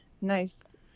nice